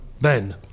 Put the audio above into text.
Ben